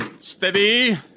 Steady